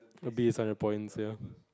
a bee is hundred points ya